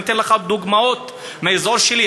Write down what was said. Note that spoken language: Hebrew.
ואני אתן לך דוגמאות מהאזור שלי,